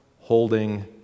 holding